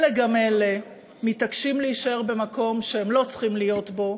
אלה גם אלה מתעקשים להישאר במקום שהם לא צריכים להיות בו